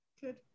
Good